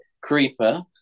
creeper